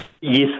Yes